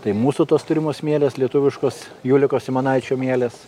tai mūsų tos turimos mielės lietuviškos juliuko simanaičio mielės